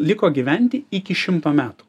liko gyventi iki šimto metų